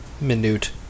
Minute